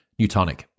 Newtonic